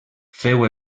féu